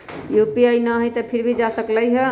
UPI न हई फिर भी जा सकलई ह?